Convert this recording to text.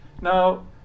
Now